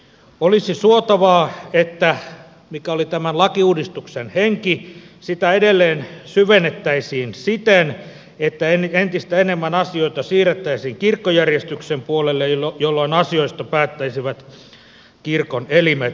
olisi suotavaa että sitä mikä oli tämän lakiuudistuksen henki edelleen syvennettäisiin siten että entistä enemmän asioita siirrettäisiin kirkkojärjestyksen puolelle jolloin asioista päättäisivät kirkon elimet